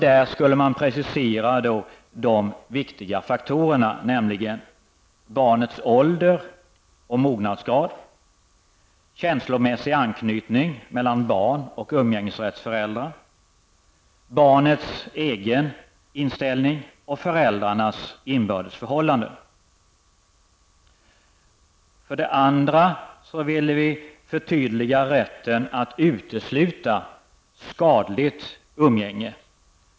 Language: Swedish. Där skulle man precisera de viktiga faktorerna: barnets ålder och mognadsgrad, känslomässig anknytning mellan barnet och umgängsrättshavaren, barnets egen inställning samt föräldrarnas inbördes förhållanden. För det andra vill vi ha ett förtydligande beträffande rätten att utesluta skadligt umgänge.